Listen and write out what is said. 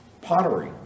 pottery